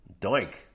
Doink